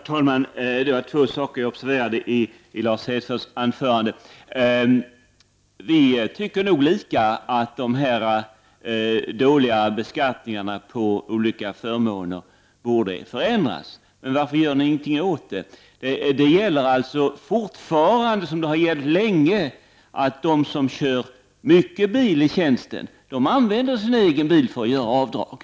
Herr talman! Det var två saker jag observerade i Lars Hedfors anförande. Vi tycker nog båda att de dåliga skattereglerna för olika förmåner borde ändras. Men varför gör ni ingenting åt dem? Det är fortfarande så, som det har varit sedan länge, att de som i stor utsträckning kör bil i tjänsten använder sin egen bil, så att de kan göra avdrag.